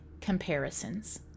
comparisons